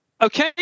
Okay